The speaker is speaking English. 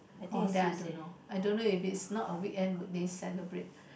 oh then I don't know I don't know if it's not a weekend would they celebrate